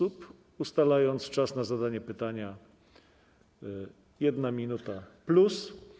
Ustalam czas na zadanie pytania - 1 minuta plus.